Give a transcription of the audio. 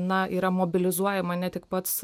na yra mobilizuojama ne tik pats